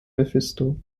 mephisto